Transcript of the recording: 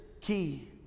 key